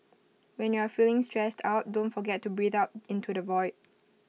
when you are feeling stressed out don't forget to breathe out into the void